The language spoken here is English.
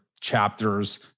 chapters